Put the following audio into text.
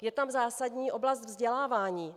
Je tam zásadní oblast vzdělávání.